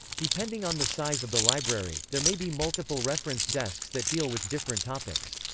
depending on the size of the library, there may be multiple reference desks that deal with different topics.